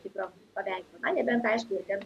tikro paveikslo na nebent aišku ten